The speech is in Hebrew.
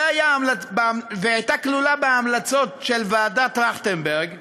וזה היה כלול בהמלצות של ועדת טרכטנברג,